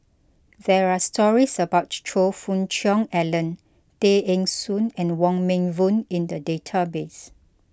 there are stories about Choe Fook Cheong Alan Tay Eng Soon and Wong Meng Voon in the database